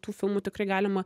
tų filmų tikrai galima